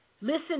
Listen